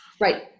Right